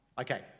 Okay